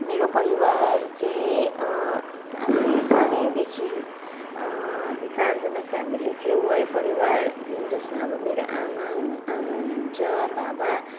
मेरो परिवार चाहिँ हामी सानैदेखि हामी चारजना फ्यामिली थियौँ है परिवार जसमा अब मेरो आमा आमा हुनुहुन्छ बाबा